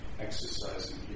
exercising